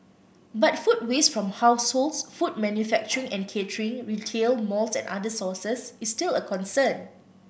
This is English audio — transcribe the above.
but food waste from households food manufacturing and catering retail malls and other sources is still a concern